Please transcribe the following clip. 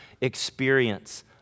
experience